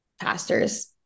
pastors